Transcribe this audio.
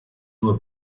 nur